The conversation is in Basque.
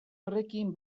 horrekin